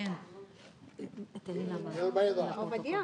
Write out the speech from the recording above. אז היה שלג,